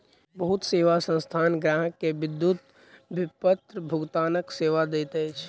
बहुत सेवा संस्थान ग्राहक के विद्युत विपत्र भुगतानक सेवा दैत अछि